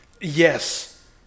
Yes